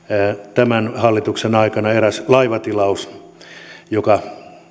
tämän hallituksen aikana eräs laivatilaus joka